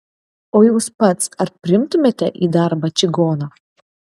o jūs pats ar priimtumėte į darbą čigoną